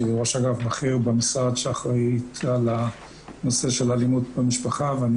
שהיא ראש אגף בכיר במשרד שאחראית על הנושא של אלימות במשפחה ואני